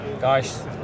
guys